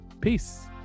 Peace